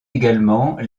également